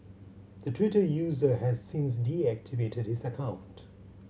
the Twitter user has since deactivated his account